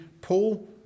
Paul